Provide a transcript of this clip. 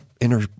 inner